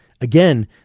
again